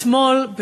אתמול,